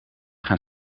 gaan